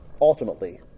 ultimately